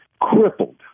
crippled